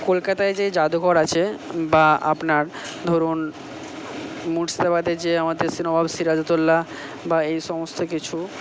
কলকাতায় যে যাদুঘর আছে বা আপনার ধরুন মুর্শিদাবাদে যে আমাদের সে নবাব সিরাজদ্দৌলা বা এই সমস্ত কিছু